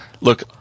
Look